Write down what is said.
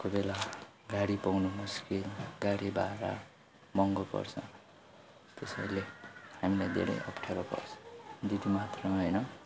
कोही बेला गाडी पाउनु मुस्किल गाडी भाडा महँगो पर्छ त्यसैले हामीलाई धेरै अप्ठ्यारो पर्छ त्यति मात्र होइन